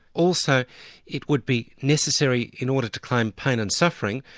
also it would be necessary in order to claim pain and suffering,